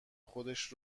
خودش